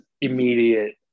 immediate